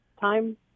time